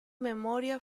memoria